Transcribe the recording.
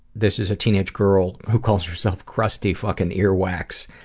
this is a teenage girl who calls herself crusty fucking ear wax,